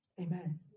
Amen